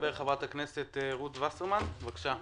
חברת הכנסת רות וסרמן, בבקשה.